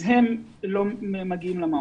הם לא מגיעים למעון.